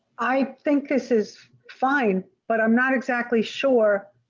i think this is fine, but i'm not exactly sure